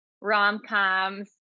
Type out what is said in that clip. rom-coms